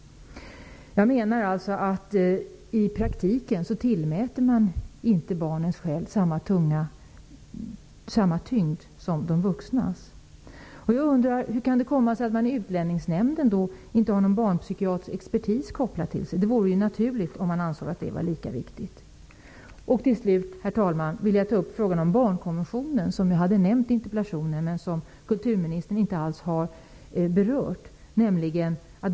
Jag menar alltså att man i praktiken inte tillmäter barnens skäl samma tyngd som de vuxnas. Utlänningsnämnden? Det vore naturligt om man anser att barns skäl är lika viktiga. Till slut, herr talman, vill jag ta upp frågan om barnkonventionen. Jag nämnde ämnet i interpellationen, men kulturministern har inte alls berört det.